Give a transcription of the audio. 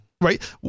right